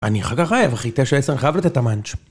אני אחר כך רעב... אחרי תשע עשר, אני חייב לתת המאנצ'